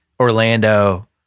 Orlando